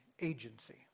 agency